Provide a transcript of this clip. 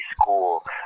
school